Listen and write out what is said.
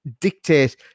dictate